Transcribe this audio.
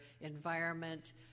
environment